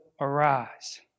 arise